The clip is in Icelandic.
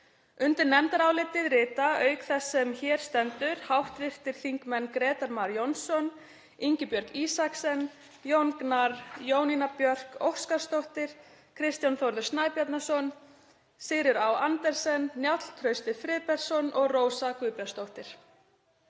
Undir nefndarálitið rita, auk þeirrar sem hér stendur, hv. þingmenn Grétar Mar Jónsson, Ingibjörg Isaksen, Jón Gnarr, Jónína Björk Óskarsdóttir, Kristján Þórður Snæbjarnarson, Sigríður Á. Andersen, Njáll Trausti Friðbertsson og Rósa Guðbjartsdóttir.